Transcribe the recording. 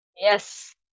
Yes